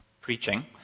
preaching